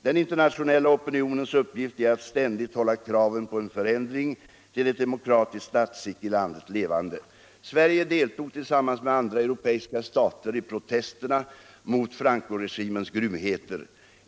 Den internationella opinionens uppgift är att ständigt hålla kraven på en förändring till ett demokratiskt statsskick i landet levande. Sverige deltog tillsammans med andra europeiska stater i protesterna mot Francoregimens grymheter.